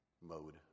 mode